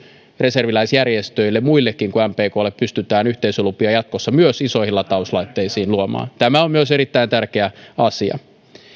reserviläisjärjestöille kuin mpklle pystytään yhteisölupia jatkossa myös isoihin latauslaitteisiin luomaan tämä on myös erittäin tärkeä asia